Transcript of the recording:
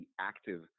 active